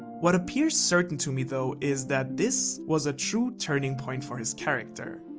what appears certain to me though, is that this was a true turning point for his character,